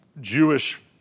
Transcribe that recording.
Jewish